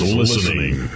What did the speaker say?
listening